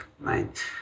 right